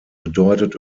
bedeutet